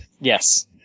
Yes